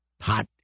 hot